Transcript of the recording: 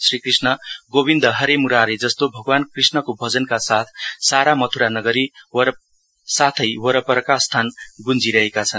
श्रीकृष्ण गोबिन्द हरे मुरारी जस्तो भगवान कृष्णको भजनका साथ सारा मथुरा नगरी र वरपरका स्थान गुञ्जीरहेका छन्